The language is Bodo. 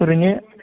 ओरैनो